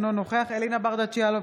אינו נוכח אלינה ברדץ' יאלוב,